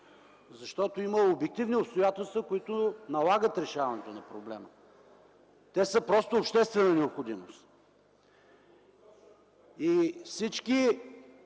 защото има обективни обстоятелства, които налагат решаването на проблема. Те са просто обществена необходимост и всички